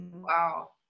wow